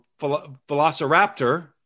velociraptor